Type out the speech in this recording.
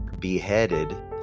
beheaded